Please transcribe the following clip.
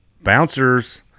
Bouncers